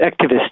activists